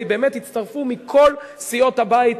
והצטרפו מכל סיעות הבית,